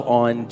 on